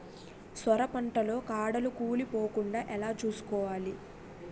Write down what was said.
సొర పంట లో కాడలు కుళ్ళి పోకుండా ఎలా చూసుకోవాలి?